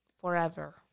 forever